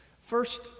First